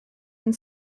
and